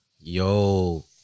yo